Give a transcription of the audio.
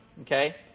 Okay